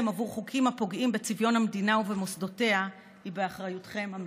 עבור חוקים הפוגעים בצביון המדינה ובמוסדותיה הן באחריותכם המלאה.